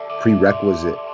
prerequisite